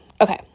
Okay